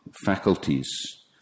faculties